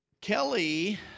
Kelly